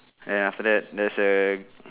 ya after that there's the